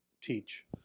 teach